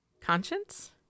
conscience